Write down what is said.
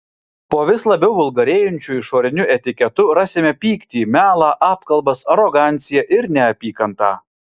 po vis labiau vulgarėjančiu išoriniu etiketu rasime pyktį melą apkalbas aroganciją ir neapykantą